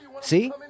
See